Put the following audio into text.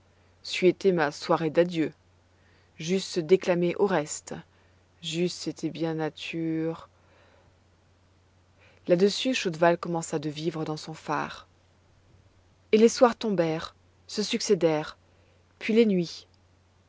c'eût été ma soirée d'adieux j'eusse déclamé oreste j'eusse été bien nature là-dessus chaudval commença de vivre dans son phare et les soirs tombèrent se succédèrent et les nuits